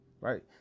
right